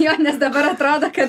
jo nes dabar atrodo kad